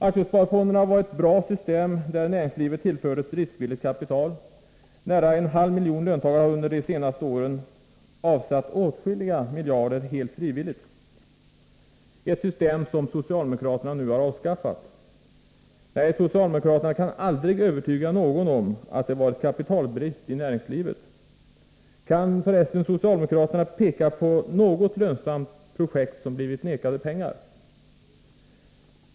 Aktiesparfonderna var ett bra system där näringslivet tillfördes riskvilligt kapital. Nära en halv miljon löntagare har under de senaste åren avsatt åtskilliga miljarder helt frivilligt, men detta system har socialdemokraterna nu avskaffat. Nej, socialdemokraterna kan aldrig övertyga någon om att det varit kapitalbrist i näringslivet. Kan socialdemokraterna f. ö. peka på något lönsamt projekt som blivit vägrat pengar?